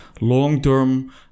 long-term